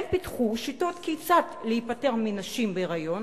הם פיתחו שיטות כיצד להיפטר מנשים בהיריון